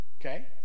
okay